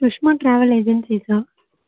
Sushma travel ஏஜென்சீஸ்ஸா